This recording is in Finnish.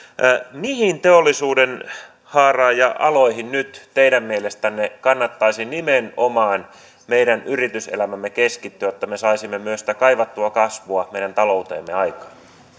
mihin teollisuudenhaaraan ja aloihin nyt teidän mielestänne kannattaisi nimenomaan meidän yrityselämämme keskittyä jotta me saisimme myös sitä kaivattua kasvua meidän talouteemme aikaan